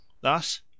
Thus